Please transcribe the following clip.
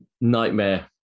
nightmare